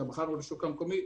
כשמכרנו לשוק המקומי,